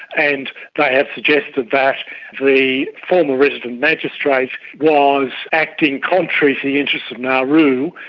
and they have suggested that the former resident magistrate was acting contrary to the interests of nauru.